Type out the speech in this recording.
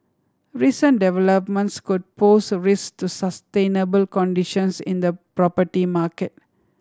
recent developments could pose risk to sustainable conditions in the property market